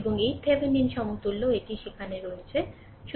এবং এই Thevenin সমতুল্য এটি সেখানে আছে